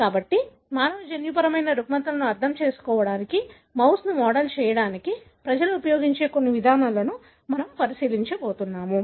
కాబట్టి మానవ జన్యుపరమైన రుగ్మతలను అర్థం చేసుకోవడానికి మౌస్ను మోడల్ చేయడానికి ప్రజలు ఉపయోగించే కొన్ని విధానాలను మనము పరిశీలించబోతున్నాం